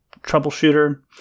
troubleshooter